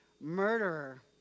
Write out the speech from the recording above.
murderer